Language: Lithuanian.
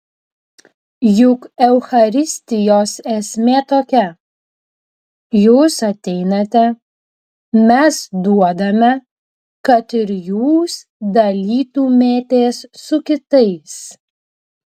juk eucharistijos esmė tokia jūs ateinate mes duodame kad ir jūs dalytumėtės su kitais